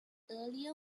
earlier